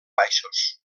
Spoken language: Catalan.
baixos